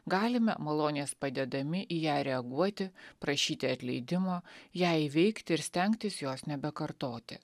galime malonės padedami į ją reaguoti prašyti atleidimo ją įveikti ir stengtis jos nebekartoti